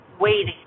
waiting